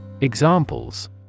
Examples